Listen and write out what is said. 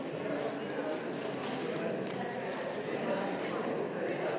Hvala